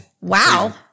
Wow